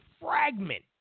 fragment